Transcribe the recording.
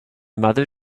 mother